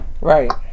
right